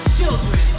children